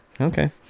Okay